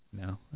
No